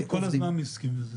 אנחנו כל הזמן עוסקים בזה.